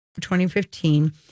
2015